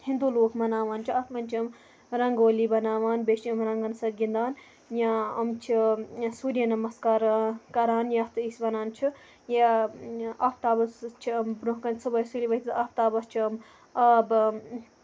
ہِندو لُکھ مناوان چھِ اَتھ مَنٛز چھِ یِم رَنگولی بناوان بیٚیہِ چھِ یِم رَنگَن سۭتۍ گِندان یا یِم چھِ سوریا نَمَسکار کَران یَتھ أسۍ وَنان چھِ یہِ آفتابَس سۭتۍ چھِ یِم برونٛہہ کَنہِ صبحٲے سُلہِ ؤتِتھ آفتابَس چھِ یِم آب